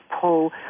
pull